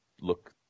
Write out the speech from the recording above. look